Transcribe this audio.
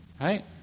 Right